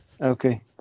Okay